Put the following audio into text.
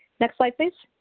next slide please.